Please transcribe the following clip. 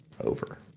over